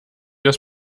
das